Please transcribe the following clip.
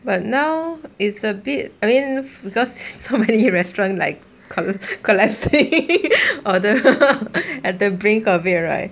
but now it's a bit I mean because so many restaurants like col~ collapsing or at the brink of it right